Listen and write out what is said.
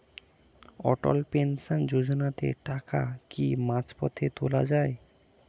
অটল pension যোজনাতে টাকা কি মাঝপথে তোলা যায়?